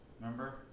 remember